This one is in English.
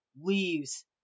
leaves